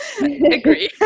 agree